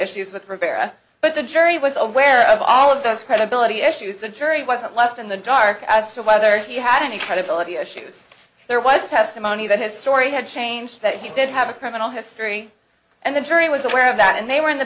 issues with rivera but the jury was aware of all of those credibility issues the jury wasn't left in the dark as to whether he had any credibility issues there was testimony that his story had changed that he did have a criminal history and the jury was aware of that and they were in the